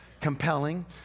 compelling